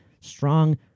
strong